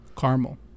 Caramel